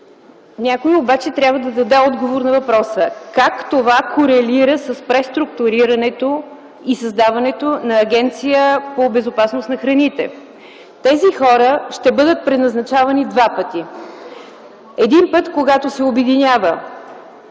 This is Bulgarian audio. Някой обаче трябва да даде отговор на въпроса: как това корелира с преструктурирането и създаването на Агенция по безопасност на храните? Тези хора ще бъдат преназначавани два пъти – един път, когато се обединява